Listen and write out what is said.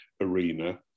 arena